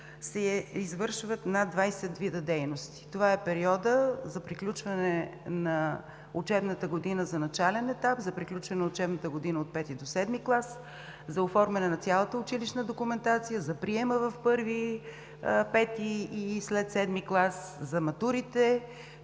се извършват над 20 вида дейности: периодът за приключване на учебната година за начален етап, приключване на учебната година от 5 до 7 клас, оформяне на цялата училищна документация; за приема в 1, 5 и след 7 клас; матурите.